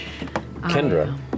Kendra